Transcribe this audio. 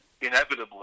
inevitably